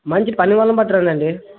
మంచి పనివాళ్ళను పట్టర్రండండి